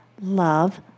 love